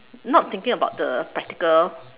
not thinking about the practical